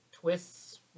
twists